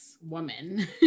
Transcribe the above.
woman